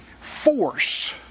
force